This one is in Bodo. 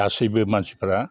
गासैबो मानसिफ्रा